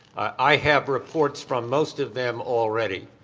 i have reports from most of them already.